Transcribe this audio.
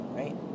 right